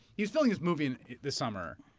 he was filming his movie and this summer.